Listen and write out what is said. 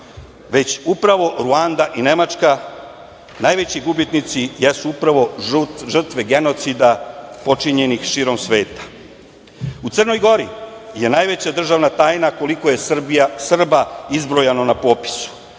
već upravo Ruanda i Nemačka. Najveći gubitnici jesu upravo žrtve genocida počinjenih širom sveta.U Crnoj Gori najveća državna tajna je koliko je Srba izbrojano na popisu.